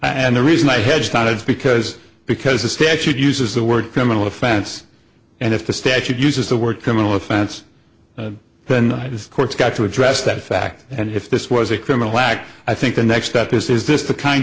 and the reason i hedged on it is because because the statute uses the word criminal offense and if the statute uses the word criminal offense then i just court's got to address that fact and if this was a criminal act i think the next step is is this the kind